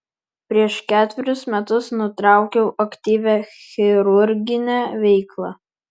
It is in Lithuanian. prieš ketverius metus nutraukiau aktyvią chirurginę veiklą